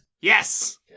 Yes